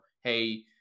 Hey